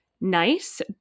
nice